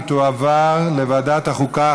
והיא תועבר לוועדת החוקה,